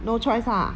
no choice lah